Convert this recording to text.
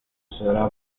será